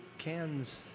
cans